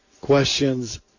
questions